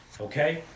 Okay